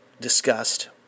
discussed